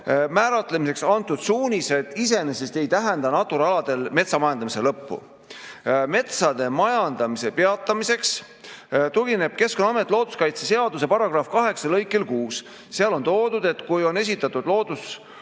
määratlemiseks antud suunised iseenesest ei tähenda Natura aladel metsamajandamise lõppu. Metsade majandamise peatamiseks tugineb Keskkonnaamet looduskaitseseaduse § 8 lõikele 6. Seal on toodud, et kui on esitatud loodusobjekti